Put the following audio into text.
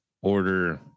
order